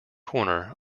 corner